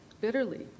bitterly